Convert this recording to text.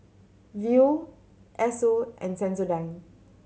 Viu Esso and Sensodyne